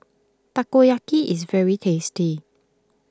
Takoyaki is very tasty